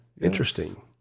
Interesting